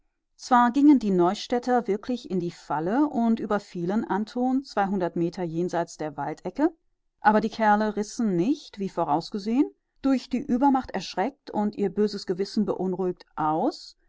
zwar gingen die neustädter wirklich in die falle und überfielen anton zweihundert meter jenseits der waldecke aber die kerle rissen nicht wie vorausgesehen durch die übermacht erschreckt und ihr böses gewissen beunruhigt aus